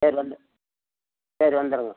சரி வந்து சரி வந்துடுறேங்க